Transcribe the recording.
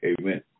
Amen